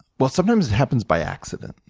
well, sometimes it happens by accident.